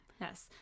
Yes